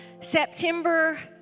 September